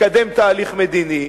לקדם תהליך מדיני,